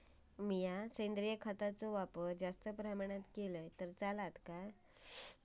मीया सेंद्रिय खताचो वापर जास्त प्रमाणात केलय तर चलात काय?